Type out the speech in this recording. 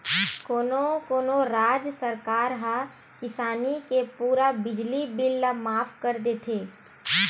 कोनो कोनो राज सरकार ह किसानी के पूरा बिजली बिल ल माफ कर देथे